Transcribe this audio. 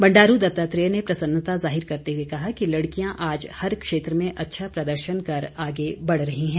बंडारू दत्तात्रेय ने प्रसन्नता जाहिर करते हुए कहा कि लड़कियां आज हर क्षेत्र में अच्छा प्रदर्शन कर आगे बढ़ रही हैं